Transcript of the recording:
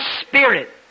Spirit